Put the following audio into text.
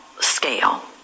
scale